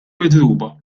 midruba